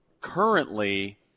currently